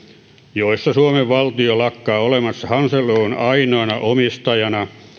jossa suomen valtio lakkaa olemasta hansel oyn ainoa omistaja